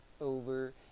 over